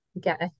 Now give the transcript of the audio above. get